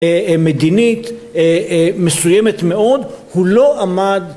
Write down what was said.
מדינית מסוימת מאוד, הוא לא עמד